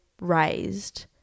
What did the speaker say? raised